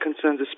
concerns